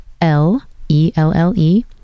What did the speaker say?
L-E-L-L-E